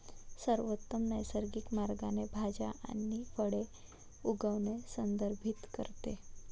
सर्वोत्तम नैसर्गिक मार्गाने भाज्या आणि फळे उगवणे संदर्भित करते